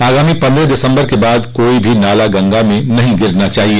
आगामी पन्द्रह दिसम्बर के बाद कोई भी नाला गंगा में नहीं गिरना चाहिए